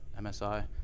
msi